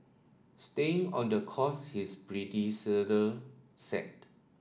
staying on the course his predecessor set